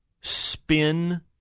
spin